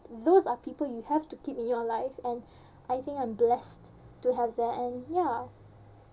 those are people you have to keep in your life and I think I'm blessed to have that and ya